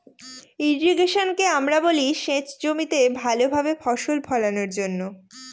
ইর্রিগেশনকে আমরা বলি সেচ জমিতে ভালো ভাবে ফসল ফোলানোর জন্য